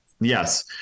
Yes